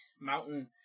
mountain